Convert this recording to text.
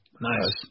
Nice